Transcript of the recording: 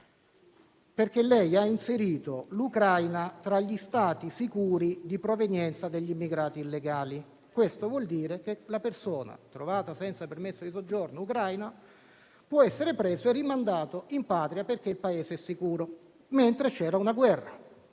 perché ha inserito l'Ucraina tra gli Stati sicuri di provenienza degli immigrati illegali. Questo vuol dire che la persona ucraina trovata senza permesso di soggiorno poteva essere presa e rimandata in patria perché il Paese era sicuro, mentre c'era una guerra.